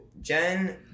Jen